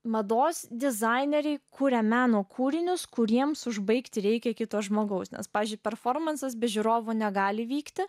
mados dizaineriai kuria meno kūrinius kuriems užbaigti reikia kito žmogaus nes pavyzdžiui performansas be žiūrovų negali vykti